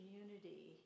community